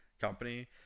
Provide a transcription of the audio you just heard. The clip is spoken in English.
company